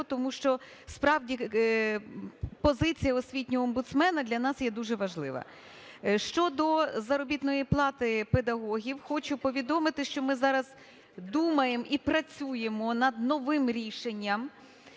тому що, справді, позиція освітнього омбудсмена для нас є дуже важлива. Щодо заробітної плати педагогів. Хочу повідомити, що ми зараз думаємо і працюємо над новим рішенням,